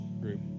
group